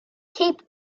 cape